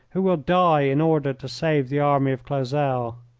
who will die in order to save the army of clausel!